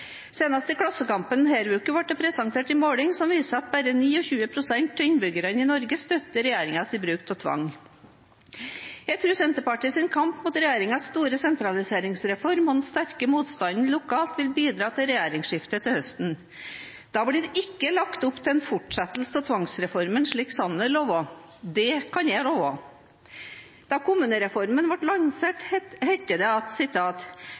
i Klassekampen denne uken ble det presentert en måling som viser at bare 29 pst. av innbyggerne i Norge støtter regjeringens bruk av tvang. Jeg tror Senterpartiets kamp mot regjeringens store sentraliseringsreform og den sterke motstanden lokalt vil bidra til regjeringsskifte til høsten. Da blir det ikke lagt opp til en fortsettelse av tvangsreformen, slik Sanner lover – det kan jeg love! Da kommunereformen ble lansert, het det: